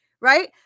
Right